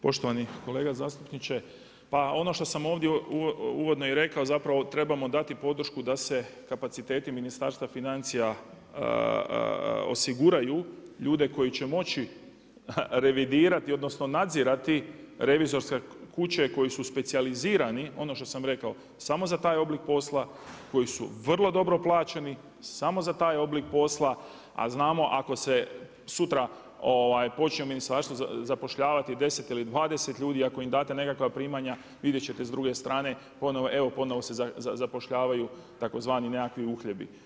Poštovani kolega zastupniče, pa ono što sam ovdje uvodno i rekao, zapravo trebamo dati podršku da se kapaciteti Ministarstva financija osiguraju ljude koji će moći revidirati, odnosno, nadzirati revizorske kuće koji su specijalizirani, ono što sam rekao, samo za taj oblik posla, koji su vrlo dobro plaćeni samo za taj oblik posla, a znamo ako se sutra počinje u ministarstvu zapošljavati 10 ili 20 ljudi i ako im date nekakva primanja vidjeti ćete s druge strane, ponovno, evo ponovno se zapošljavaju tzv. nekakvi uhljebi.